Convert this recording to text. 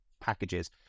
packages